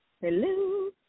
Hello